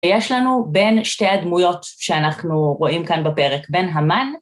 יש לנו בין שתי הדמויות שאנחנו רואים כאן בפרק, בין המן...